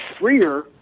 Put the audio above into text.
freer